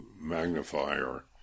magnifier